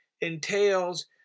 entails